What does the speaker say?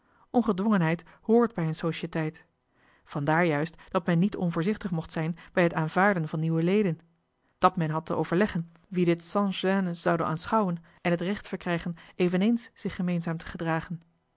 ongedwongenheid hrt bij een societeit vandaar juist dat men niet onvoorzichtig mocht zijn bij het aanvaarden van nieuwe leden dat men had te overleggen wie dit sans-gêne zouden aanschouwen en het recht verkrijgen eveneens zich gemeenzaam te gedragen